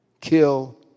kill